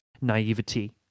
naivety